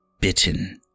Bitten